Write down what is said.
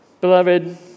Beloved